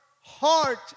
heart